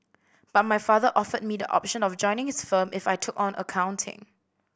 but my father offered me the option of joining his firm if I took on accounting